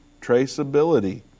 traceability